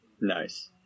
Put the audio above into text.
Nice